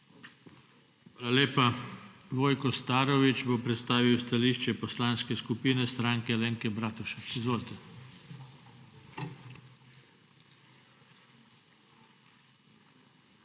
lepa. Vojko Starović bo predstavil stališče Poslanske skupine Stranke Alenke Bratušek. Izvolite.